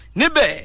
nibe